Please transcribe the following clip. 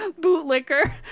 bootlicker